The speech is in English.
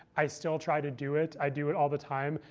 i still try to do it. i do it all the time,